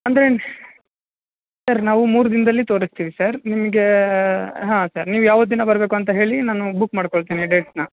ಅಂದರೆ ಸರ್ ನಾವು ಮೂರು ದಿನದಲ್ಲಿ ತೋರಿಸ್ತಿವಿ ಸರ್ ನಿಮಗೆ ಹಾಂ ಸರ್ ನೀವು ಯಾವ ದಿನ ಬರಬೇಕು ಅಂತ ಹೇಳಿ ನಾನು ಬುಕ್ ಮಾಡಿಕೊಳ್ತೀನಿ ಡೇಟನ್ನ